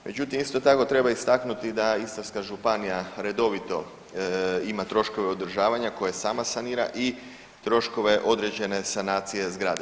Međutim, isto tako treba istaknuti da Istarska županija redovito ima troškove održavanja koje sama sanira i troškove određene sanacije zgrade.